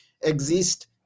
exist